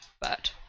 but-